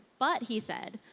but he said,